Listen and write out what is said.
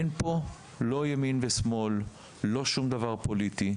אין פה לא ימין ושמאל ולא שום דבר פוליטי,